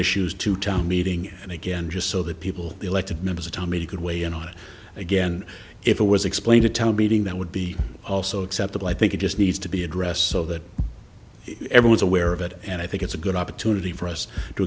issues to town meeting and again just so that people elected members of tommy could weigh in on it again if it was explained a town meeting that would be also acceptable i think it just needs to be addressed so that everyone's aware of it and i think it's a good opportunity for us to